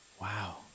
Wow